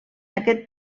aquest